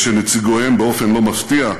ושנציגיהם, באופן לא מפתיע,